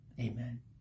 Amen